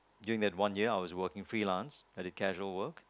during that one year I was working freelance at the casual work